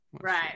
Right